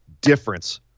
difference